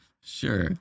sure